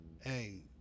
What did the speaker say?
Hey